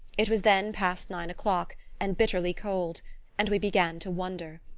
it was then past nine o'clock, and bitterly cold and we began to wonder.